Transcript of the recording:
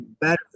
better